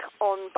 on